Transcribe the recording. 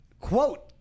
Quote